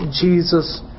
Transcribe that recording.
Jesus